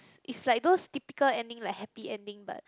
is like those typical ending like happy ending but